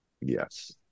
Yes